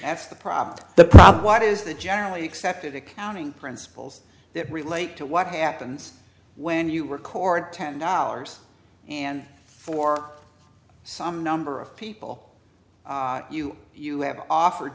that's the problem the problem what is the generally accepted accounting principles that relate to what happens when you record ten dollars and for some number of people you you have offered